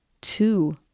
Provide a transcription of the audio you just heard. two